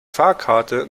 fahrkarte